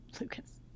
Lucas